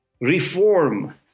reform